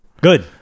Good